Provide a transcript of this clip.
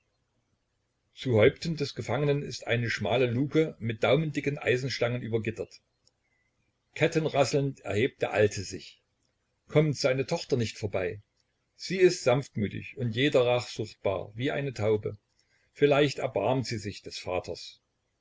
zu häupten des gefangenen ist eine schmale luke mit daumendicken eisenstangen übergittert kettenrasselnd erhebt der alte sich kommt seine tochter nicht vorbei sie ist sanftmütig und jeder rachsucht bar wie eine taube vielleicht erbarmt sie sich des vaters